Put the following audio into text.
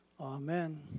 Amen